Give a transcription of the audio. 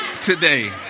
today